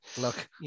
look